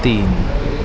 तीन